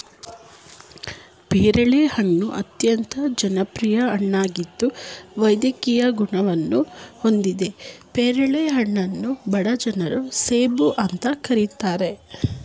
ಪೇರಳೆ ಹಣ್ಣು ಅತ್ಯಂತ ಜನಪ್ರಿಯ ಹಣ್ಣಾಗಿದ್ದು ವೈದ್ಯಕೀಯ ಗುಣವನ್ನು ಹೊಂದಿದೆ ಪೇರಳೆ ಹಣ್ಣನ್ನು ಬಡ ಜನರ ಸೇಬು ಅಂತ ಕರೀತಾರೆ